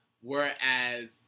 Whereas